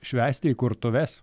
švęsti įkurtuves